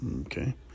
okay